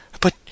But